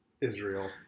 Israel